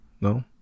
No